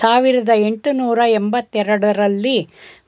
ಸಾವಿರದ ಎಂಟುನೂರು ಎಂಬತ್ತ ಎರಡು ರಲ್ಲಿ